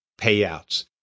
payouts